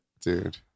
Dude